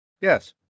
Yes